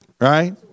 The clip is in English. right